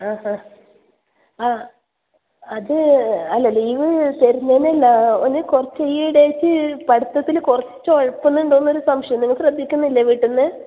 ആ ആ ആ അത് അല്ല ലീവ് തരുന്നതിനല്ല ഓൻ കുറച്ച് ഈയിടെ ആയിട്ട് പഠിത്തത്തിൽ കുറച്ച് ഉഴപ്പുന്നുണ്ടോ എന്നൊരു സംശയം നിങ്ങൾ ശ്രദ്ധിക്കുന്നില്ലേ വീട്ടിൽ നിന്ന്